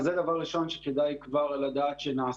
אז זה דבר ראשון שכדאי כבר לדעת שנעשה.